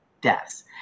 deaths